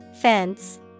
Fence